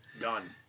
Done